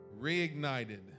reignited